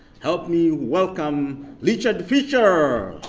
help me welcome richard fisher!